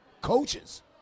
coaches